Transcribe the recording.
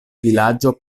vilaĝo